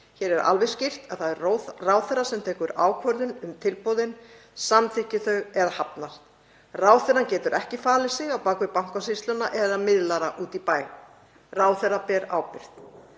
Hér er alveg skýrt að það er ráðherra sem tekur ákvörðun um tilboðin, samþykkir þau eða hafnar. Ráðherrann getur ekki falið sig á bak við Bankasýsluna eða miðlara úti í bæ. Ráðherra ber ábyrgð.